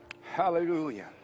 Hallelujah